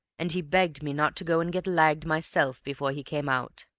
and he begged me not to go and get lagged myself before he came out.